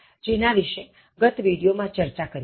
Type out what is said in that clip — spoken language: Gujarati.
જેના વિશે ગત વિડિયો માં ચર્ચા કરી હતી